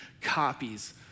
copies